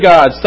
God